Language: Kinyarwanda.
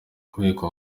kubikwa